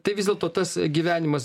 tai vis dėlto tas gyvenimas